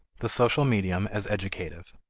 the social medium as educative.